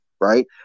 right